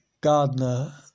Gardner